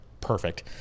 perfect